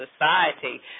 society